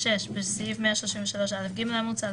בסעיף 133א(ג) המוצע,